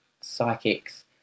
psychics